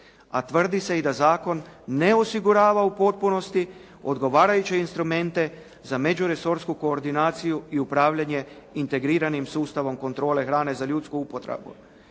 a tvrdi se i da zakon ne osigurava u potpunosti odgovarajuće instrumente za međuresursku koordinaciju i upravljanje integriranim sustavom kontrole hrane za ljudsku upotrebu.